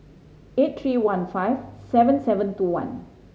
eight three one five seven seven two one